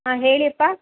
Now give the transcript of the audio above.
ಹಾಂ ಹೇಳಿಯಪ್ಪ